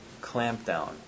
clampdown